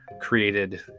created